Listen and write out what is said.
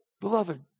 Beloved